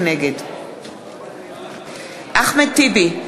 נגד אחמד טיבי,